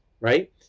right